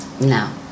Now